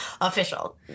official